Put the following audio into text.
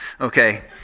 okay